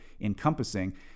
encompassing